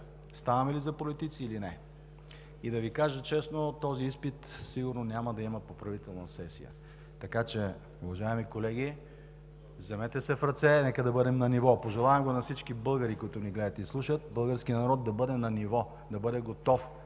ставаме ли за политици или не. Да Ви кажа честно, този изпит сигурно няма да има поправителна сесия. Така че, уважаеми колеги, вземете се в ръце! Нека да бъдем на ниво! Пожелавам на всички българи, които ни гледат и слушат, българският народ да бъде на ниво, да бъде готов,